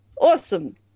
Awesome